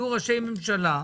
היו ראשי ממשלה,